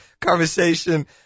conversation